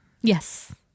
Yes